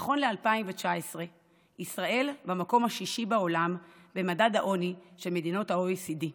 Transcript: נכון ל-2019 ישראל במקום השישי בעולם במדד העוני של מדינות ה-OECD.